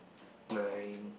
nine